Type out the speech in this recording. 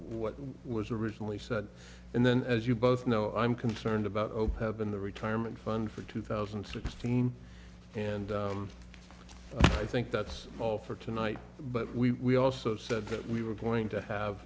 what was originally said and then as you both know i'm concerned about open the retirement fund for two thousand and sixteen and i think that's all for tonight but we also said that we were going to have